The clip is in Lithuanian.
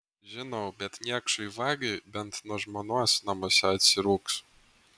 žinau bet niekšui vagiui bent nuo žmonos namuose atsirūgs